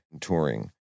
touring